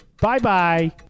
Bye-bye